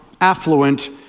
affluent